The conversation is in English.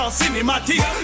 cinematic